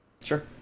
Sure